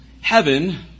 Heaven